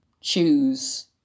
choose